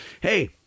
hey